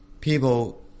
people